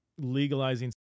legalizing